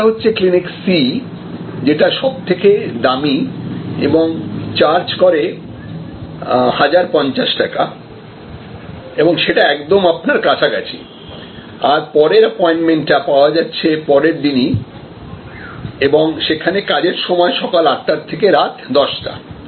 আরেকটা হচ্ছে clinic C যেটা সবথেকে দামি এবং চার্জ করে 1050 টাকা এবং সেটা একদম আপনার কাছাকাছি আর পরের অ্যাপোয়েন্টমেন্ট টা পাওয়া যাচ্ছে পরেরদিনই এবং সেখান কাজের সময় সকাল আটটা থেকে রাত দশটা